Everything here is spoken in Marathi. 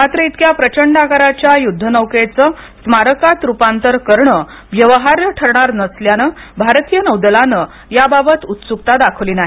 मात्र इतक्या प्रचंड आकाराच्या युद्धनौकेचं स्मारकात रूपांतर करणं व्यवहार्य ठरणार नसल्यानं भारतीय नौदलानं याबाबत उत्सुकता दाखवली नाही